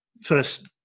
first